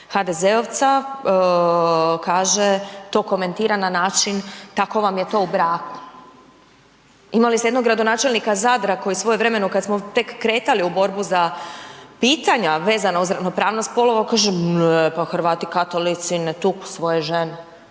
HDZ-ovca kaže, to komentira na način tako vam je to u braku. Imali ste jednog gradonačelnika Zadra koji svojevremeno kad smo tek kretali u borbu za pitanja vezana uz ravnopravnost spolova kaže, ne, pa Hrvati katolici ne tuku svoje žene.